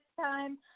time